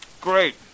Great